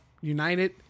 united